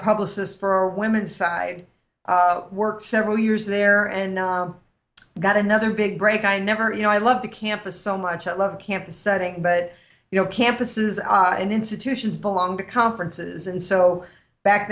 publicist for women's side work several years there and got another big break i never you know i love the campus so much i love campus setting but you know campuses and institutions belong to conferences and so back